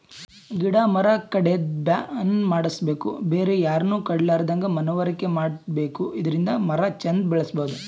ಗಿಡ ಮರ ಕಡ್ಯದ್ ಬ್ಯಾನ್ ಮಾಡ್ಸಬೇಕ್ ಬೇರೆ ಯಾರನು ಕಡಿಲಾರದಂಗ್ ಮನವರಿಕೆ ಮಾಡ್ಬೇಕ್ ಇದರಿಂದ ಮರ ಚಂದ್ ಬೆಳಸಬಹುದ್